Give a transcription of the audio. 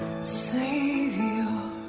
savior